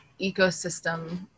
ecosystem